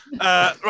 right